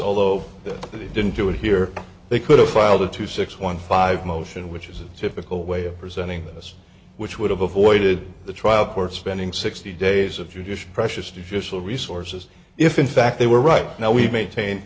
although they didn't do it here they could have filed a two six one five motion which is a typical way of presenting this which would have avoided the trial court spending sixty days of judicial precious digicel resources if in fact they were right now we maintain